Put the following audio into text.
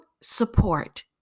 support